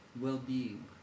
well-being